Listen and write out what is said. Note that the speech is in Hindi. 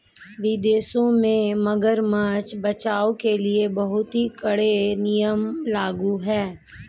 विदेशों में मगरमच्छ बचाओ के लिए बहुत कड़े नियम लागू हैं